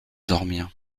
dormir